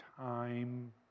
time